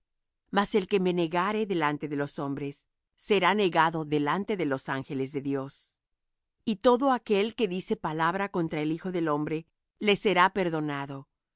mas el que me negare delante de los hombres será negado delante de los ángeles de dios y todo aquel que dice palabra contra el hijo del hombre le será perdonado